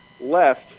left